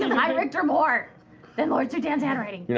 high-richter more than lord sutan's handwriting. you know